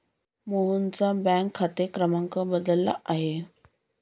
मोहनचा बँक खाते क्रमांक बदलला आहे